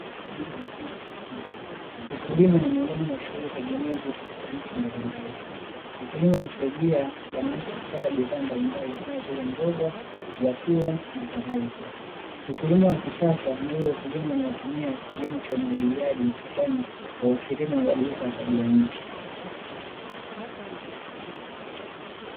Ukulima ni miongoni mwa shughuli tegemezi katika nchi mbalimbali. Ukulima husaidia wananchi kupata bidhaa mbalimbali kama vile: mboga, vyakula na kadhalika. Ukulima wa kisasa ni ule ukulima unaotumia kilimo cha umwagiliaji kwani hauathiriwi na mabadiliko ya tabia nchi.